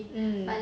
mm